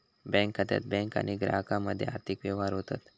bank खात्यात bank आणि ग्राहकामध्ये आर्थिक व्यवहार होतत